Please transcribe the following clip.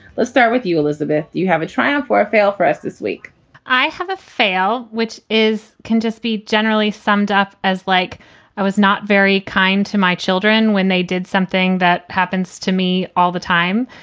let's start with you, elizabeth. you have a triumph or fail for us this week i have a fail, which is can just be generally summed up as like i was not very kind to my children when they did something that happens to me all the time,